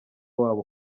wabo